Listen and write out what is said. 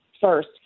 first